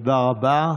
תודה רבה.